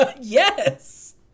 Yes